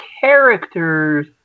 characters